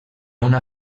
una